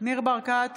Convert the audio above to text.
ניר ברקת,